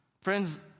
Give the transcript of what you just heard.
Friends